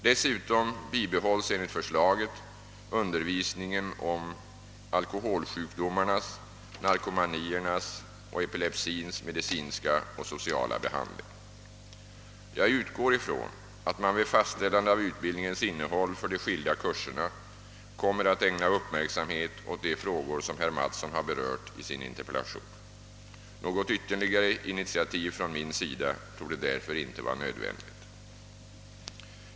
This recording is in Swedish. Dessutom bibehålls enligt förslaget undervisningen om alkoholsjukdomarnas, narkomaniernas och epilepsins medicinska och sociala behandling. Jag utgår från att man vid fastställande av utbildningens innehåll för de skilda kurserna kommer att ägna uppmärksamhet åt de frågor som herr Mattsson har berört i sin interpellation. Något ytterligare initiativ från min sida torde därför inte vara nödvändigt.